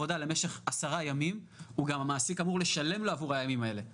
הנושא השני שאני רוצה לקבל עליו הבהרה זה הנושא של השיפוי בגין יציאה